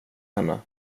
henne